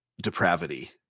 depravity